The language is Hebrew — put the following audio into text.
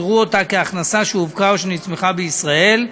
יראו אותה כהכנסה שהופקה או שנצמחה בישראל.